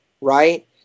right